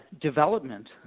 development